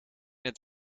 het